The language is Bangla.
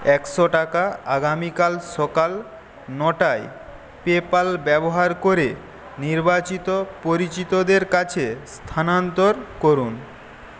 একশো টাকা আগামীকাল সকাল নটায় পেপ্যাল ব্যবহার করে নির্বাচিত পরিচিতদের কাছে স্থানান্তর করুন